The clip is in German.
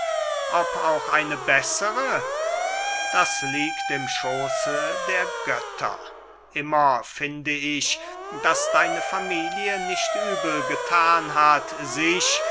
ob auch eine bessere das liegt im schooße der götter immer finde ich daß deine familie nicht übel gethan hat sich